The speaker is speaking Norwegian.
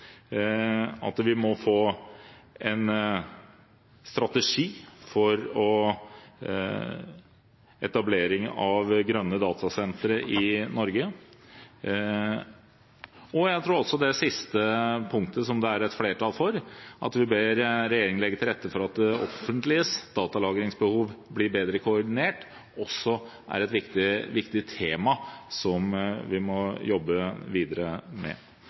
en strategi for etableringen av grønne datasentre i Norge. Jeg tror også det siste punktet, som det er et flertall for, at man ber regjeringen legge til rette for at det offentliges datalagringsbehov blir bedre koordinert, er et viktig tema som vi må jobbe videre med.